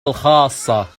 الخاصة